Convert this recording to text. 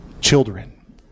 children